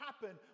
happen